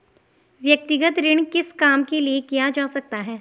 व्यक्तिगत ऋण किस काम के लिए किया जा सकता है?